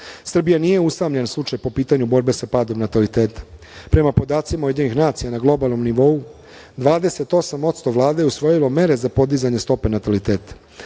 negom. Srbija nije usamljen slučaj po pitanju borbe sa padom nataliteta. Prema podacima UN na globalnom nivou, 28% Vlade je usvojilo mere za podizanje stope nataliteta.